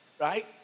right